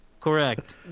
Correct